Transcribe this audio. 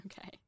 Okay